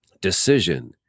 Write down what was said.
decision